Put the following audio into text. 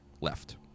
left